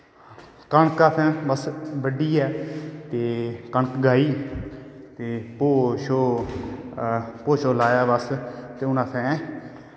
कनक बस असैं ब'ड्ढियै ते गाही ते भो शोह् लाया बस ते हून असैं